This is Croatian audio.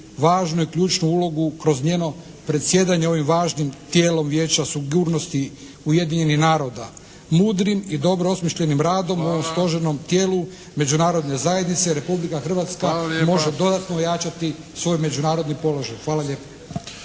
važnu i ključnu ulogu kroz njeno predsjedanje ovim važnim tijelom Vijeća sigurnosti Ujedinjenih naroda. Mudrim i dobro osmišljenim radom u ovom složenom tijelu međunarodne zajednice Republika Hrvatska može dodatno ojačati svoj međunarodni položaj. Hvala lijepa.